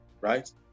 right